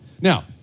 Now